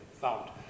found